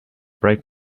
break